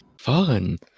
fun